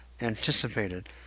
anticipated